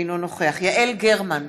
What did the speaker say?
אינו נוכח יעל גרמן,